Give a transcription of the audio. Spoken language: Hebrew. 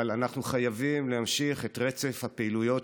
אבל אנחנו חייבים להמשיך את רצף הפעילויות